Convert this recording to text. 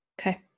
Okay